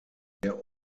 der